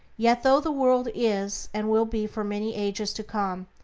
yet, though the world is, and will be for many ages to come,